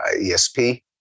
ESP